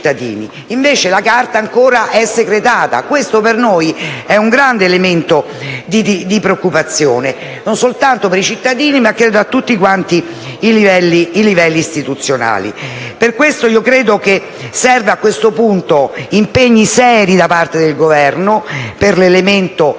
invece la Carta è ancora secretata. Questo, per noi, è un grande elemento di preoccupazione, non soltanto per i cittadini ma per tutti quanti i livelli istituzionali. Perciò servono, a questo punto, impegni seri da parte del Governo, per le questioni